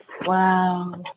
Wow